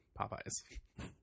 Popeye's